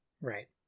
Right